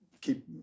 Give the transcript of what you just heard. keep